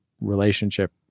relationship